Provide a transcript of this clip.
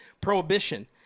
prohibition